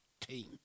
team